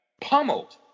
pummeled